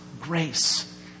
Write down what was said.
grace